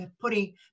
putting